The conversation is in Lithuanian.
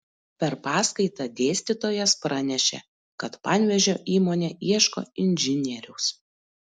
per paskaitą dėstytojas pranešė kad panevėžio įmonė ieško inžinieriaus